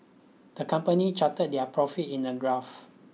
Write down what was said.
the company charted their profits in a graph